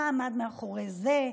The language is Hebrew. מה עמד מאחורי זה?